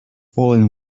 fallen